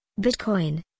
Bitcoin